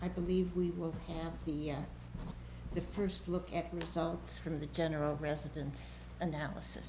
i believe we will have the the first look at results from the general residence analysis